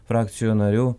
frakcijų narių